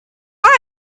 are